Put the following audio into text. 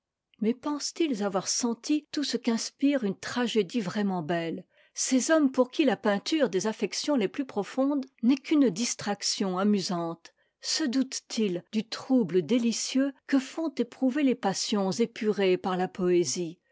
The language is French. mais pensent-ils avoir senti tout ce qu'inspire une tragédie vraiment bette ces hommes pour qui la peinture des affections les plus profondes n'est qu'une distraction amusante se doutent ils du trouble délicieux que font éprouver les passions épurées par la poésie